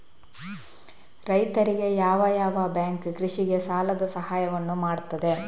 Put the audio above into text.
ರೈತರಿಗೆ ಯಾವ ಯಾವ ಬ್ಯಾಂಕ್ ಕೃಷಿಗೆ ಸಾಲದ ಸಹಾಯವನ್ನು ಮಾಡ್ತದೆ?